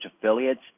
Affiliates